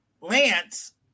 Lance